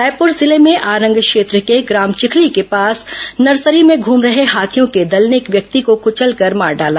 रायपुर जिले में आरंग क्षेत्र के ग्राम चिखली के पास नर्सरी में घूम रहे हाथियों के दल ने एक व्यक्ति को कुचलकर मार डाला